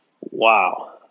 Wow